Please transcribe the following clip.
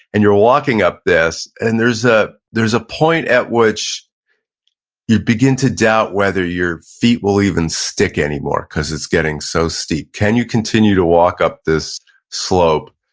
and you're walking up this and there's ah there's a point at which you begin to doubt whether your feet will even stick anymore cause it's getting so steep. can you continue to walk up this slope?